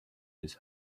his